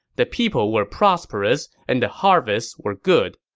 the people were prosperous and the harvests were good.